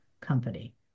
company